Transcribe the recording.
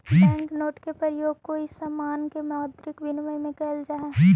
bank note के प्रयोग कोई समान के मौद्रिक विनिमय में कैल जा हई